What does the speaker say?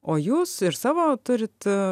o jūs ir savo turit